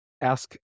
Ask